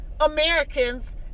Americans